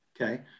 okay